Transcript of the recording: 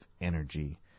energy